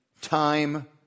time